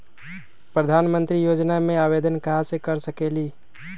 प्रधानमंत्री योजना में आवेदन कहा से कर सकेली?